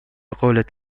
قولت